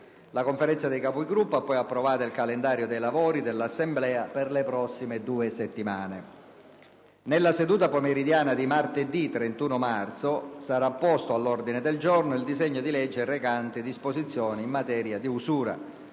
La Conferenza dei Capigruppo ha poi approvato il calendario dei lavori dell'Assemblea per le prossime due settimane. Nella seduta pomeridiana di martedì 31 marzo sarà posto all'ordine del giorno il disegno di legge recante disposizioni in materia di usura.